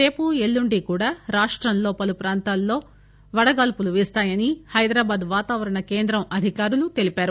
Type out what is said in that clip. రేపు ఎల్లుండి కూడా రాష్టంలో పలు ప్రాంతాల్లో వడగాడ్పులు వీస్తాయని హైదరాబాద్ వాతావరణ కేంద్రం అధికారులు తెలియజేశారు